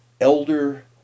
elder